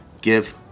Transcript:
Give